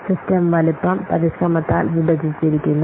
system വലുപ്പം പരിശ്രമത്താൽ വിഭജിച്ചിരിക്കുന്നു